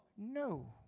No